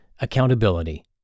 accountability